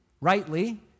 rightly